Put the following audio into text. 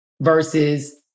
versus